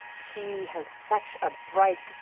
he has such a bright,